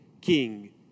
king